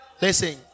Listen